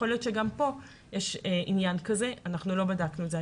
שגם פה יש עניין כזה, אבל אנחנו לא בדקנו את זה.